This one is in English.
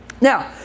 Now